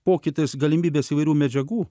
pokytis galimybės įvairių medžiagų